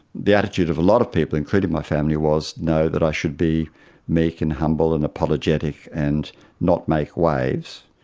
the attitude of a lot of people, including my family was, no, that i should be meek and humble and apologetic and not make waves.